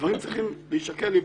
דברים צריכים להישקל ולהיבחן.